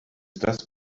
das